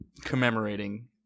commemorating